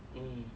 mm